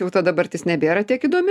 jau ta dabartis nebėra tiek įdomi